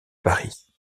paris